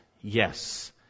yes